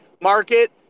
market